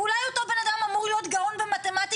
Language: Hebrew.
ואולי אותו בנאדם אמור להיות גאון במתמטיקה